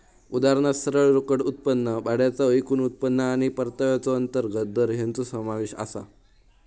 उदाहरणात सरळ रोकड उत्पन्न, भाड्याचा एकूण उत्पन्न आणि परताव्याचो अंतर्गत दर हेंचो समावेश आसा